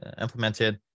implemented